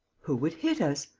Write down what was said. who would hit us?